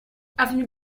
avenue